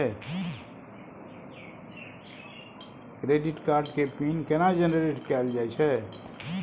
Credit card के PIN केना generate कैल जाए छै?